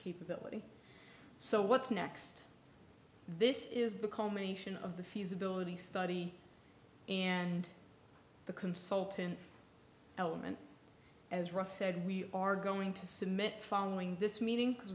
capability so what's next this is the culmination of the feasibility study and the consultant element as russ said we are going to submit following this meeting because